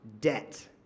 debt